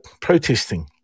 protesting